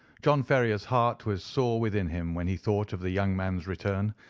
john ferrier's heart was sore within him when he thought of the young man's return,